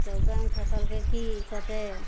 तऽ बैंक कहलकइ की कहतइ